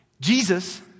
Jesus